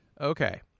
okay